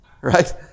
Right